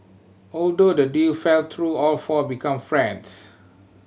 although the deal fell through all four become friends